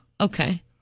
Okay